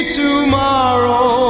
tomorrow